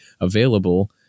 available